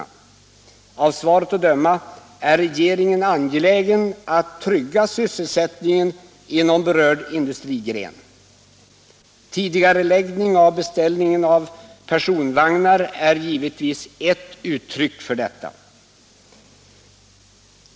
Av svaret att döma är regeringen angelägen om att trygga sysselsättningen inom berörd industrigren. Tidigareläggning av beställningen av personvagnar är givetvis ett uttryck för detta.